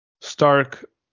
stark